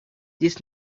this